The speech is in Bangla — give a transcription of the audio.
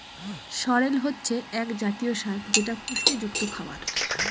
সরেল হচ্ছে এক জাতীয় শাক যেটা পুষ্টিযুক্ত খাবার